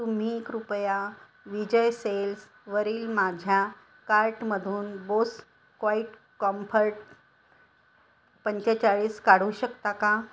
तुम्ही कृपया विजय सेल्सवरील माझ्या कार्टमधून बोस क्वाईटकॉम्फर्ट पंचेचाळीस काढू शकता का